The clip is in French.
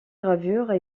gravures